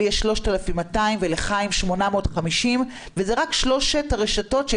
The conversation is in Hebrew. לי יש 3,200 ולחיים 850. וזה רק שלוש הרשתות,